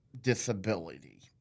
Disability